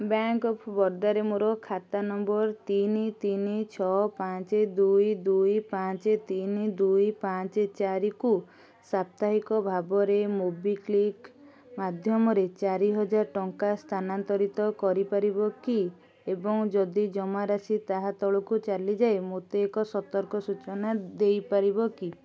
bank of ବରୋଦାରେ ମୋର ଖାତା ନମ୍ବର ତିନି ତିନି ଛଅ ପାଞ୍ଚ ଦୁଇ ଦୁଇ ପାଞ୍ଚ ତିନି ଦୁଇ ପାଞ୍ଚ ଚାରିକୁ ସାପ୍ତାହିକ ଭାବରେ ମୋବିକ୍ଵିକ୍ ମାଧ୍ୟମରେ ଚାରି ହଜାର ଟଙ୍କା ସ୍ଥାନାନ୍ତରିତ କରିପାରିବ କି ଏବଂ ଯଦି ଜମାରାଶି ତାହା ତଳକୁ ଚାଲିଯାଏ ମୋତେ ଏକ ସତର୍କ ସୂଚନା ଦେଇପାରିବ କି